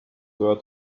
dirt